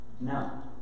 No